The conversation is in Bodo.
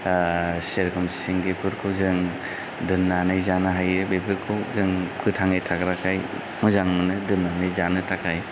जों ओ जेरोखोम सिंगिफोरखौ जों दोननानै जानो हायो बेफोरखौ जों गोथाङै थाग्राखाय मोजां मोनो दोननानै जानो थाखाय